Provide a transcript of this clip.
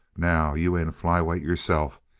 now, you ain't a flyweight yourself,